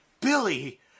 Billy